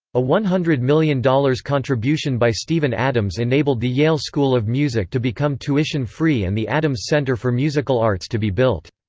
a one hundred million dollars contribution by stephen adams enabled the yale school of music to become tuition-free and the adams center for musical arts to be built.